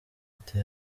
ati